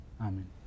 Amen